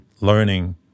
learning